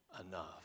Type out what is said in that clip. enough